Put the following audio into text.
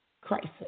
crisis